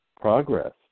progress